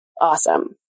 awesome